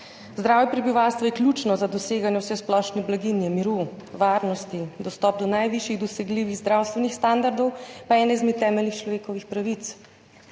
Zdravje prebivalstva je ključno za doseganje vsesplošne blaginje, miru, varnosti, dostop do najvišjih dosegljivih zdravstvenih standardov pa ena izmed temeljnih človekovih pravic.